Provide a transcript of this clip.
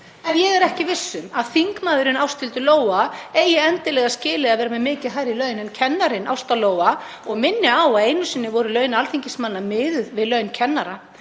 En ég er ekki viss um að þingmaðurinn Ásthildur Lóa eigi endilega skilið að vera með mikið hærri laun en kennarinn Ásta Lóa og minni á að einu sinni voru laun alþingismanna miðuð við laun kennara.